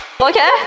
Okay